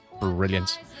brilliant